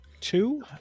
two